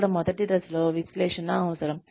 ఇక్కడ మొదటి దశ లో విశ్లేషణ అవసరం